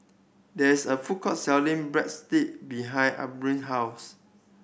there is a food court selling Bread Stick behind Abbigail house